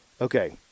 Okay